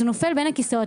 הוא נופל בין הכיסאות.